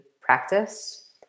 practice